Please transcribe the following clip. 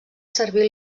servir